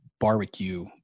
barbecue